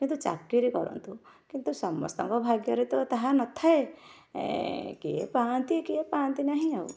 କିନ୍ତୁ ଚାକିରୀ କରନ୍ତୁ କିନ୍ତୁ ସମସ୍ତଙ୍କ ଭାଗ୍ୟରେ ତ ତାହା ନଥାଏ କିଏ ପାଆନ୍ତି କିଏ ପାଆନ୍ତି ନାହିଁ ଆଉ